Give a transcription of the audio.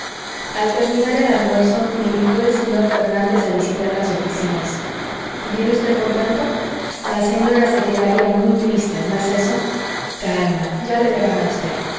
al terminar el almuerzo me invitó el señor fernández a visitar las oficinas viene usted contento las señoras se quedarían muy tristes no es eso calma ya le verán a usted